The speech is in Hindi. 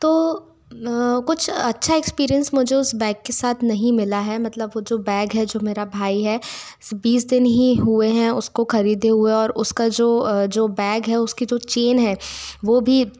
तो कुछ अच्छा एक्सपिरेन्स मुझे उस बैग के साथ नहीं मिला है मतलब वह जो बैग है जो मेरा भाई है इस बीस दिन ही हुए हैं उसको ख़रीदे हुए और उसका जो जो बैग है उसकी जो चेन है वह भी